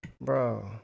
Bro